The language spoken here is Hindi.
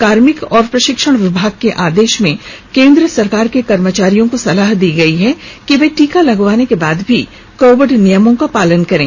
कार्मिक और प्रशिक्षण विभाग के आदेश में केन्द्र सरकार के कमर्चारियों को सलाह दी गई है कि वे टीका लगवाने के बाद भी कोविड नियमों का पालन करें